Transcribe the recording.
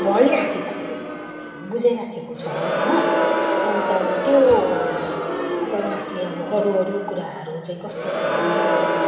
भइरहेको बुझाइरहेको छ होइन अन्त त्यो उपन्यासले अब अरू अरू कुराहरू चाहिँ कस्तो भन्दाखेरि राति